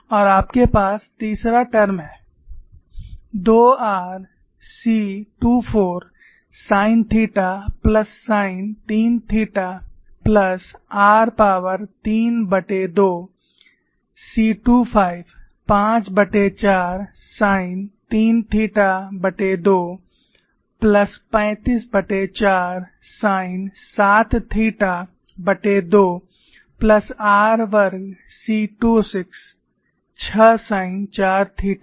और आपके पास तीसरा टर्म है 2 r C24 sine theta plus sine 3 theta plus r power 32 C25 54 sine 3 theta plus 354 sine 7 theta plus r वर्ग c26 6 sine 4 theta